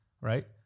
Right